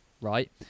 right